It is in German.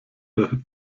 der